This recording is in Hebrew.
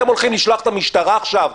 אתם הולכים לשלוח את המשטרה עכשיו,